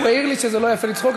הוא העיר לי שלא יפה לצחוק,